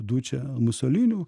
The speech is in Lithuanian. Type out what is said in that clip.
duče musoliniu